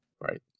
right